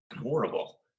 horrible